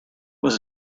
was